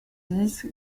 dix